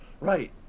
Right